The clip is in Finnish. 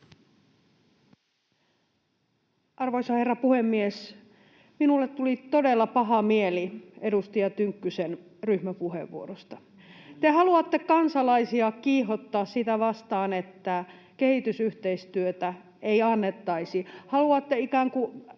Arvoisa herra puhemies! Minulle tuli todella paha mieli edustaja Tynkkysen ryhmäpuheenvuorosta. Te haluatte kansalaisia kiihottaa kehitysyhteistyötä vastaan, että sitä ei annettaisi. [Sebastian Tynkkynen